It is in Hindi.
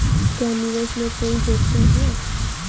क्या निवेश में कोई जोखिम है?